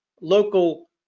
local